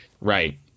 Right